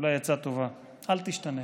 אולי עצה טובה: אל תשתנה.